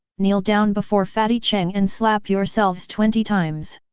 kneel down before fatty cheng and slap yourselves twenty times!